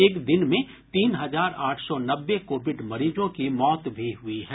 एक दिन में तीन हजार आठ सौ नब्बे कोविड मरीजों की मौत भी हुई है